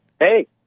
Hey